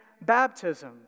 baptism